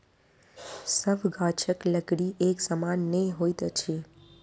सभ गाछक लकड़ी एक समान नै होइत अछि